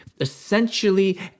essentially